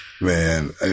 Man